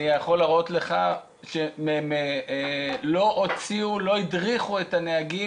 אני יכול להראות לך שלא הדריכו את הנהגים,